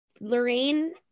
Lorraine